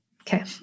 Okay